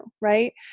right